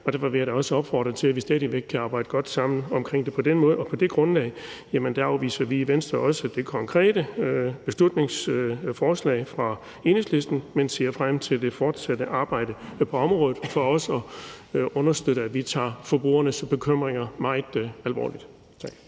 Derfor vil jeg da også opfordre til, at vi stadig væk kan arbejde godt sammen omkring det på den måde. På det grundlag afviser vi også i Venstre det konkrete beslutningsforslag fra Enhedslisten, men vi ser frem til det fortsatte arbejde på området. Og jeg vil understrege, at vi tager forbrugernes bekymringer meget alvorligt.